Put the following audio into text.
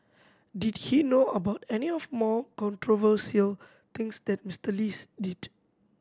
did he know about any of more controversial things that Mister Lee's did